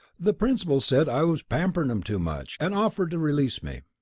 the principal said i was pamperin' em too much, an' offered to release me.